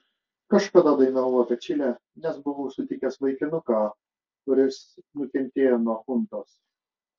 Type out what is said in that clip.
kažkada dainavau apie čilę nes buvau sutikęs vaikinuką kuris nukentėjo nuo chuntos